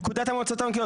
פקודת המועצות המקומיות,